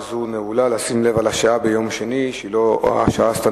1. מה הוא ההסבר לגידול במספר הרוכבים ההרוגים?